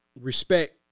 respect